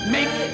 Make